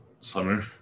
summer